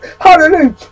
Hallelujah